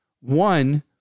One